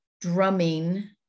drumming